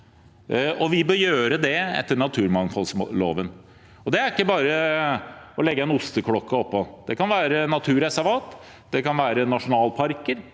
vi bør gjøre det etter naturmangfoldloven. Det er ikke bare å sette en osteklokke på. Det kan være naturreservat, eller det kan være nasjonalparker,